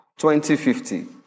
2050